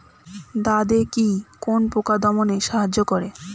দাদেকি কোন পোকা দমনে সাহায্য করে?